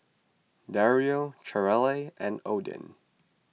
Dario Cherrelle and Odin